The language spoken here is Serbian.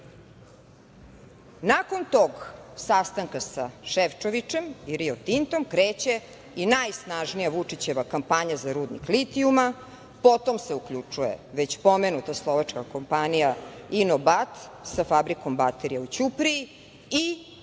Nakon tog sastanka sa Šefčovičem i „Rio Tintom“ kreće i najsnažnija Vučićeva kampanja za rudnik litijuma, potom se uključuje već pomenuta slovačka kompanija „Ino bat“, sa fabrikom baterija u Ćupriji i treći